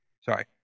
Sorry